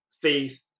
faith